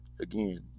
again